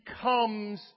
becomes